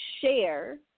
share